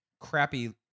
crappy